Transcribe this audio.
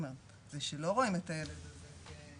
זה שלא רואים את הילד כעבריין.